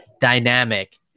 dynamic